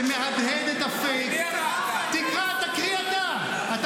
שמהדהד את הפייק -- אל מי כתבת את זה?